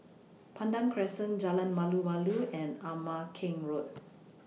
Pandan Crescent Jalan Malu Malu and Ama Keng Road